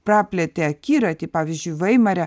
praplėtė akiratį pavyzdžiui vaimare